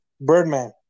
Birdman